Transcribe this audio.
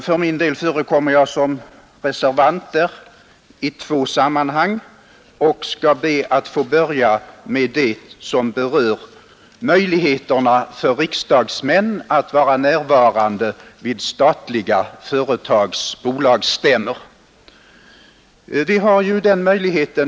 För min del förekommer jag som reservant i två sammanhang, och jag skall be att få börja med det som berör möjligheterna för riksdagsmän att vara närvarande vid statliga företags bolagsstämmor.